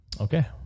Okay